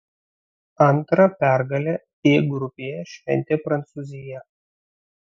antrą pergalę d grupėje šventė prancūzija